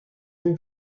them